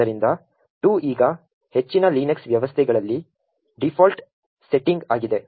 ಆದ್ದರಿಂದ 2 ಈಗ ಹೆಚ್ಚಿನ ಲಿನಕ್ಸ್ ವ್ಯವಸ್ಥೆಗಳಲ್ಲಿ ಡೀಫಾಲ್ಟ್ ಸೆಟ್ಟಿಂಗ್ ಆಗಿದೆ